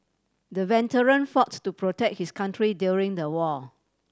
the veteran fought to protect his country during the war